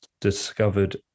discovered